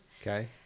Okay